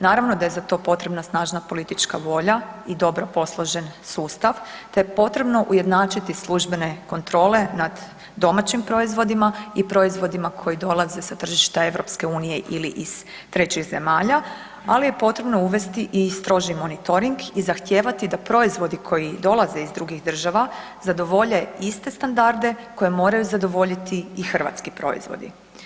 Naravno da je za to potrebna snažna politička volja i dobro posložen sustav te je potrebno ujednačiti službene kontrole nad domaćim proizvodima i proizvodima koji dolaze sa tržišta EU ili iz trećih zemalja, ali je potrebno uvesti i stroži monitoring i zahtijevati da proizvodi koji dolaze iz drugih država zadovolje iste standarde koje moraju zadovoljiti i hrvatski proizvodi.